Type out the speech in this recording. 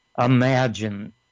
imagine